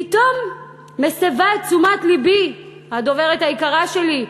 פתאום מסבה את תשומת לבי הדוברת היקרה שלי,